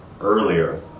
earlier